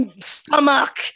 stomach